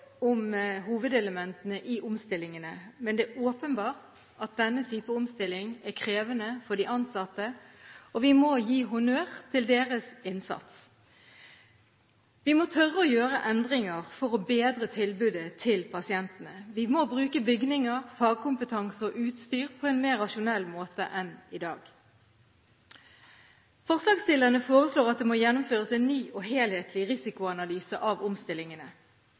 om hovedelementene i omstillingene, men det er åpenbart at denne type omstilling er krevende for de ansatte, og vi må gi honnør til deres innsats. Vi må tørre å gjøre endringer for å bedre tilbudet til pasientene. Vi må bruke bygninger, fagkompetanse og utstyr på en mer rasjonell måte enn i dag. Forslagsstillerne foreslår at det må gjennomføres en ny og helhetlig risikoanalyse av omstillingene.